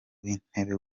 w’intebe